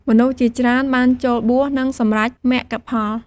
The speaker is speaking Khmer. មនុស្សជាច្រើនបានចូលបួស និងសម្រេចមគ្គផល។